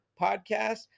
podcast